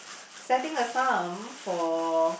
setting a sum for